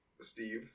Steve